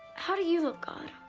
how do you love god?